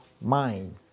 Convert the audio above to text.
mind